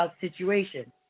situation